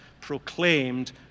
proclaimed